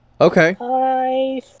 Okay